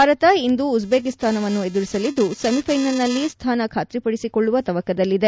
ಭಾರತ ಇಂದು ಉಜ್ಬೇಕಿಸ್ತಾನವನ್ನು ಎದುರಿಸಲಿದ್ದು ಸೆಮಿಫೈನಲ್ನಲ್ಲಿ ಸ್ಥಾನ ಖಾತ್ರಿಪಡಿಸಿಕೊಳ್ಳುವ ತವಕದಲ್ಲಿದೆ